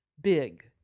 big